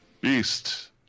beast